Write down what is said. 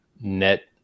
net